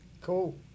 cool